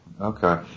okay